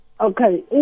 Okay